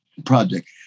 project